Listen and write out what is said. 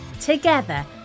Together